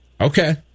Okay